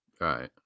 Right